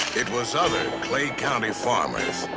it was other clay county farmers,